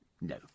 No